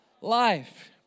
life